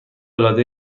العاده